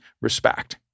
respect